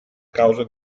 causa